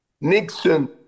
Nixon